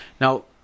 Now